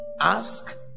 ask